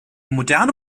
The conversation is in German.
moderne